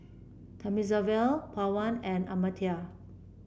Thamizhavel Pawan and Amartya